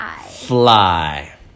Fly